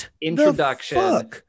introduction